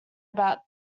about